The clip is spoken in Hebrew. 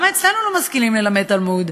למה אצלנו לא משכילים ללמד תלמוד?